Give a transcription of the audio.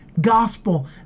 gospel